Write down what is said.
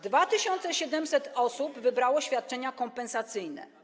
2700 osób wybrało świadczenia kompensacyjne.